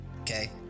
okay